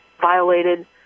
violated